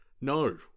No